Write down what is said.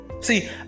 see